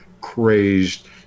crazed